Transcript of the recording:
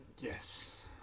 Yes